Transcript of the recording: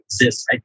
exists